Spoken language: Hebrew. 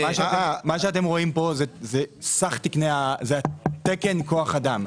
מה שאתם רואים פה זה סך תקני כוח אדם.